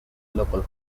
local